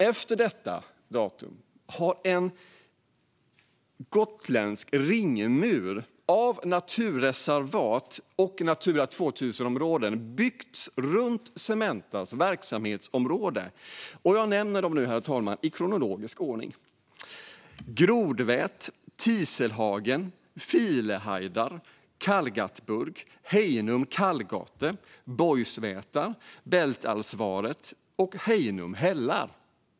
Efter detta datum har det byggts en gotländsk ringmur av naturreservat och Natura 2000-områden runt Cementas verksamhetsområde. Herr talman! Jag nämner dem nu i kronologisk ordning: Grodvät, Tiselhagen, Filehajdar, Kallgatburg, Hejnum Kallgate, Bojsvätar, Bälsalvret och Hejnum hällar.